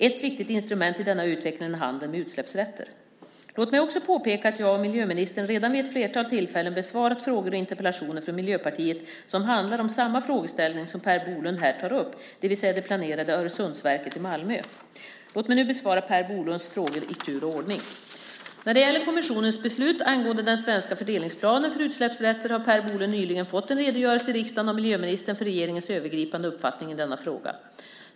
Ett viktigt instrument i denna utveckling är handeln med utsläppsrätter. Låt mig också påpeka att jag och miljöministern redan vid ett flertal tillfällen besvarat frågor och interpellationer från Miljöpartiet som handlat om samma frågeställning som Per Bolund här tar upp, det vill säga det planerade Öresundsverket i Malmö. Låt mig nu besvara Per Bolunds frågor i tur och ordning. När det gäller kommissionens beslut angående den svenska fördelningsplanen för utsläppsrätter har Per Bolund nyligen fått en redogörelse i riksdagen av miljöministern för regeringens övergripande uppfattning i denna fråga.